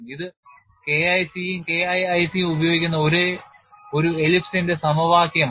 ഇത് K IC യും K IIC യും ഉപയോഗിക്കുന്ന ഒരു ellipse ന്റെ സമവാക്യമാണ്